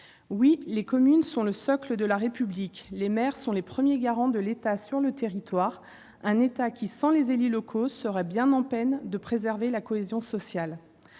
Oui, les communes sont le socle de la République, les maires sont les premiers agents de l'État sur le territoire : un État qui, sans les élus locaux, serait bien en peine de préserver la cohésion sociale.